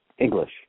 English